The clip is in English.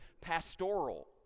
pastoral